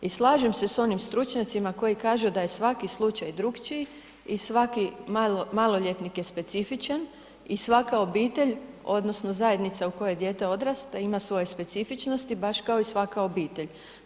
I slažem se sa onim stručnjacima koji kažu da je svaki slučaj drukčiji i svaki maloljetnik je specifičan i svaka obitelj odnosno zajednica u kojoj dijete odrasta ima svoje specifičnosti baš kao i svaka obitelj.